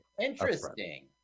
interesting